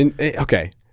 Okay